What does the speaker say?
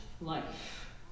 life